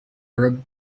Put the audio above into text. arab